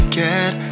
get